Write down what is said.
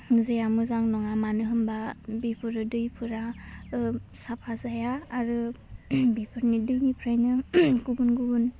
जेहा मोजां नङा मानो होनबा बिफोरो दैफोरा ओह साफा जाया आरो बिफोरनि दैनिफ्रायनो गुबुन गुबुन